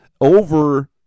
over